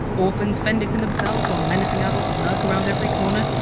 orphans fending for themselves, while menacing adults lurk around every corner?